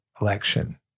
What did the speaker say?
election